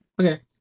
Okay